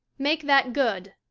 make that good.